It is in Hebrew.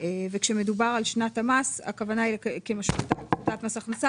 וכשמדובר על "שנת המס" הכוונה "כמשמעותה בפקודת מס הכנסה,